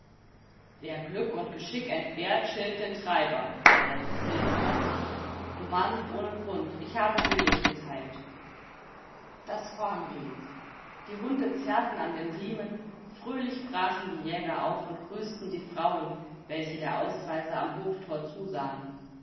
wer glück und geschick entbehrt schilt den treiber versetzte hildebrand du mahnst ohne grund ich habe billig geteilt das horn rief die hunde zerrten an den riemen fröhlich brachen die jäger auf und grüßten die frauen welche der ausreise am hoftor zusahen